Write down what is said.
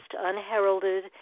unheralded